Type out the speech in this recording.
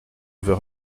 veut